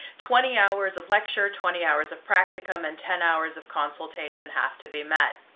twenty hours of lecture, twenty hours of practicum, and ten hours of consultation have to be met.